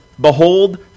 Behold